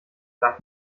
darf